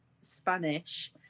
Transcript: Spanish